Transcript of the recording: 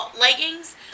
Leggings